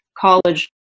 college